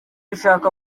ushaka